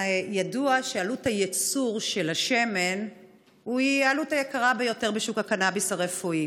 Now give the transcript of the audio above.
ידוע שעלות הייצור של השמן היא היקרה ביותר בשוק הקנביס הרפואי.